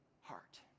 heart